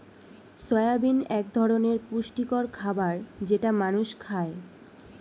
soybean এক ধরনের পুষ্টিকর খাবার যেটা মানুষ খায়